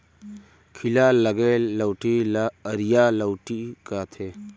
खीला लगे लउठी ल अरिया लउठी कथें